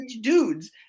dudes